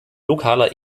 lokaler